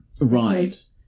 Right